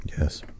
Yes